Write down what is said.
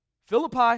Philippi